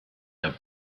der